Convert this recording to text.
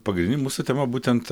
pagrindinė mūsų tema būtent